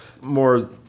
more